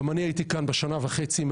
גם אני הייתי כאן בשנה וחצי האחרונות עם